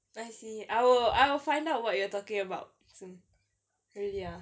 I see I will I will find out what you are talking about really ah